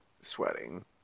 sweating